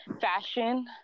Fashion